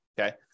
okay